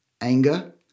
anger